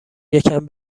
یکم